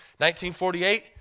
1948